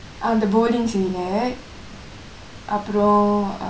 அந்த:andtha boardingk scene அப்பிரம்:appirum